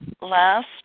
last